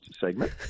segment